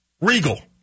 Regal